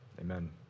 Amen